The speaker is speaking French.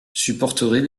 supporterait